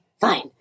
fine